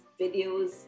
videos